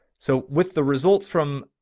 so with the results from.